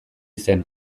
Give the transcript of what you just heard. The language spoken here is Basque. zen